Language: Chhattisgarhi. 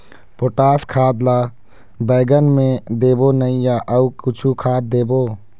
पोटास खाद ला बैंगन मे देबो नई या अऊ कुछू खाद देबो?